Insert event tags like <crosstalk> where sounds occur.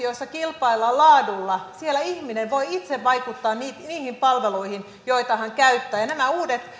<unintelligible> joissa kilpaillaan laadulla siinä ihminen voi itse vaikuttaa niihin palveluihin joita hän käyttää nämä uudet